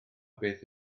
beth